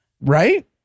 right